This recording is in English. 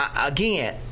again